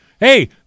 Hey